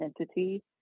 entity